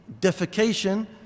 defecation